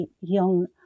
young